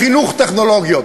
בחינוך טכנולוגי.